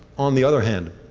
on the other hand,